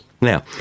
Now